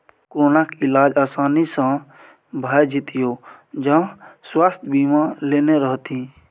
कोरोनाक इलाज आसानी सँ भए जेतियौ जँ स्वास्थय बीमा लेने रहतीह